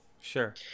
Sure